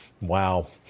Wow